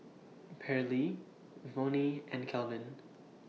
Pairlee Vonnie and Kelvin